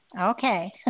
Okay